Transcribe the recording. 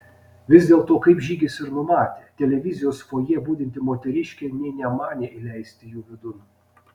vis dėlto kaip žygis ir numatė televizijos fojė budinti moteriškė nė nemanė įleisti jų vidun